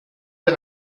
der